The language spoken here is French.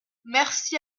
merci